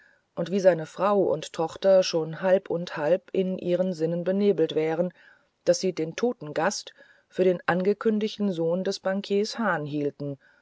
und wie seine frau und tochter schon halb und halb in ihren sinnen benebelt wären daß sie den toten gast für den angekündigten sohn des bankiers hahn hielten